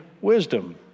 wisdom